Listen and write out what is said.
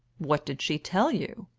what did she tell you?